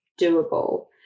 doable